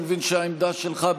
אני מבין שהעמדה שלך,